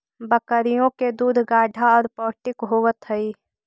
बकरियों के दूध गाढ़ा और पौष्टिक होवत हई